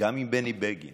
גם עם בני בגין